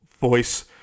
voice